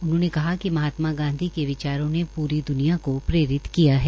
उन्होंने कहा कि महात्मा गांधी के विचारों ने पूरी दुनिया को प्रेरित किया है